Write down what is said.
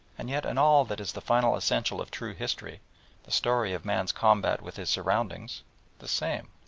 and yet in all that is the final essential of true history the story of man's combat with his surroundings the same.